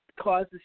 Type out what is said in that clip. causes